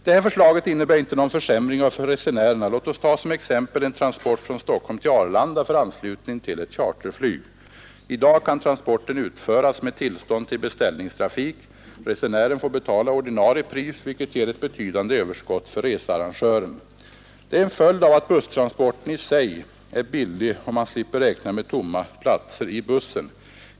Detta förslag innebär inte någon försämring för resenärerna. Låt oss som exempel ta en transport från Stockholm till Arlanda för anslutning till ett charterflyg. I dag kan transporten utföras med tillstånd till beställningstrafik. Resenären får betala ordinarie pris, vilket ger betydande överskott för researrangören, Detta är en följd av att busstransporten i sig är billig om man slipper räkna med tomma platser i bussen.